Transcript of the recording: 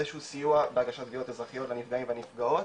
איזשהו סיוע בהגשת תביעות אזרחיות והנפגעים והנפגעות,